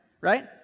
Right